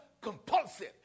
compulsive